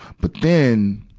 but then,